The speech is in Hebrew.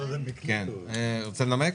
רוצה לנמק?